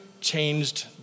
changed